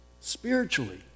spiritually